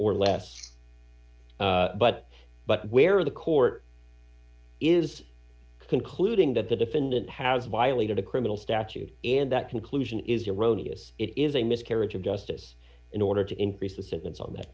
or less but but where the court is concluding that the defendant has violated a criminal statute and that conclusion is eroding as it is a miscarriage of justice in order to increase the sentence on that